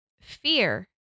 fear